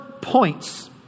points